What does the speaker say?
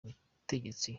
ubutegetsi